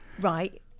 Right